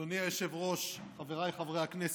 אדוני היושב-ראש, חבריי חברי הכנסת,